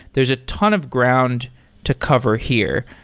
there's a ton of ground to cover here.